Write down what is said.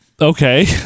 okay